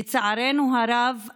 לצערנו הרב,